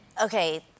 Okay